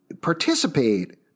participate